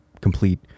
complete